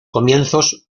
comienzos